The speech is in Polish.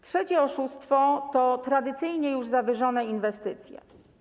Trzecie oszustwo to tradycyjnie już zawyżone inwestycje.